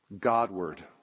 Godward